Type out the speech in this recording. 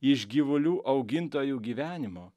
iš gyvulių augintojų gyvenimo